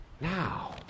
now